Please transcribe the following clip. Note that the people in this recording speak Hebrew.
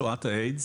שואת האיידס